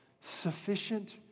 Sufficient